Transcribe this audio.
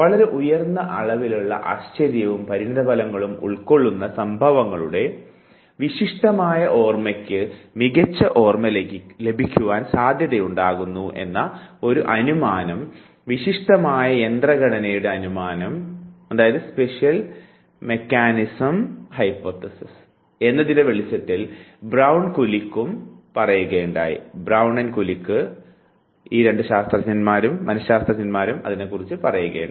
വളരെ ഉയർന്ന അളവിലുള്ള ആശ്ചര്യവും പരിണതഫലങ്ങളും ഉൾക്കൊള്ളുന്ന സംഭവങ്ങളുടെ വിശിഷ്ടമായ ഓർമ്മക്ക് മികച്ച ഓർമ്മ ലഭിക്കുവാൻ സാധ്യതയുണ്ടാകുന്നു എന്ന ഒരു അനുമാനം വിശിഷ്ടമായ യന്ത്രഘടനയുടെ അനുമാനം എന്നതിൻറെ വെളിച്ചത്തിൽ ബ്രൌണും കുലിക്കും പ്രസ്താവിച്ചു